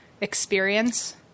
experience